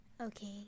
Okay